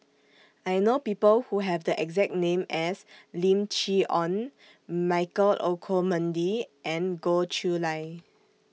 I know People Who Have The exact name as Lim Chee Onn Michael Olcomendy and Goh Chiew Lye